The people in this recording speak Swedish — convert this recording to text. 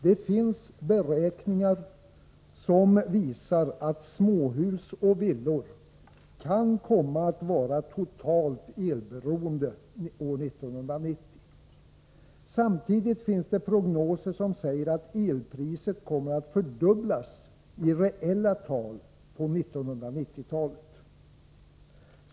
Det finns beräkningar som visar att småhus och villor kan komma att vara totalt elberoende år 1990. Samtidigt finns det prognoser som säger att elpriset kommer att fördubblas i reella tal på 1990-talet.